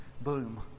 Boom